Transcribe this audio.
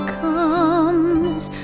comes